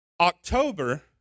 October